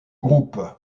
groupe